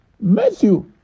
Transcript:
Matthew